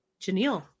janelle